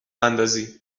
اندازی